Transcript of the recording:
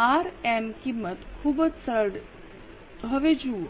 RM કિંમત ખૂબ જ સરળ હવે જુઓ